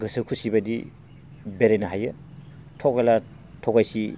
गोसो खुसि बायदि बेरायनो हायो थ'गायला थ'गायसि